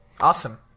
Awesome